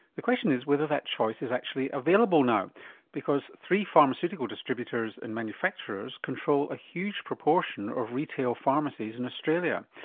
the question is whether that choice is actually available now because three pharmaceutical distributors and manufacturers control a huge proportion of retail pharmacies in australia,